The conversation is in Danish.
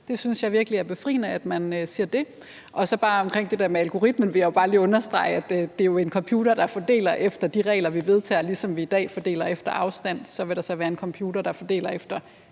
Jeg synes virkelig, det er befriende, at man siger det. Så vil jeg jo til det der med algoritmen bare lige understrege, at det er en computer, der fordeler efter de regler, vi vedtager; og ligesom vi i dag fordeler efter afstand, vil der så være en computer, der fordeler efter